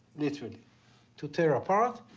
literally to tear apart.